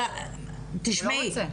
דבר ראשון,